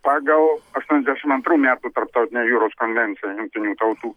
pagal aštuoniasdešimt antrų metų tarptautinę jūros konvenciją jungtinių tautų